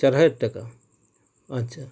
চার হাজার টাকা আচ্ছা